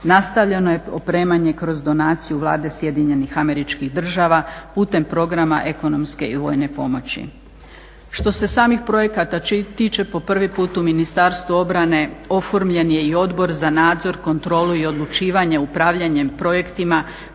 Nastavljeno je opremanje kroz donaciju Vlade SAD-a putem programa ekonomske i vojne pomoći. Što se samih projekata tiče po prvi put u Ministarstvu obrane oformljen je i Odbor za nadzor, kontrolu i odlučivanje upravljanjem projektima